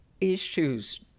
issues